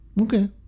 Okay